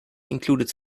included